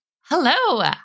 Hello